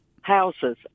houses